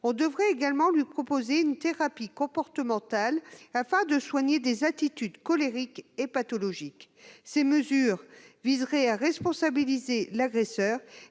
devrait également lui être proposée, afin de soigner des attitudes colériques et pathologiques. Ces mesures viseraient à responsabiliser l'agresseur,